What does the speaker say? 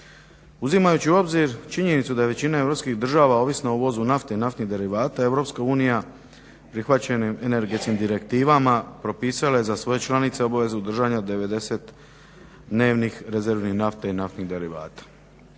Uzimajući u obzir činjenicu da većina europskih država ovisno o uvozu nafte i naftnih derivata, Europska unija prihvaćenim energetskim direktivama propisala je za svoje članice obavezu držanja 90-dnevnih rezervi nafte i naftnih derivata.